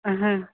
आं हां